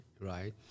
right